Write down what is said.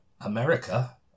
America